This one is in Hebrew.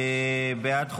בעד חוק-יסוד: